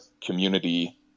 community